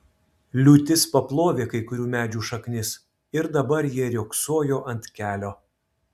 liūtis paplovė kai kurių medžių šaknis ir dabar jie riogsojo ant kelio